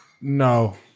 No